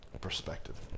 perspective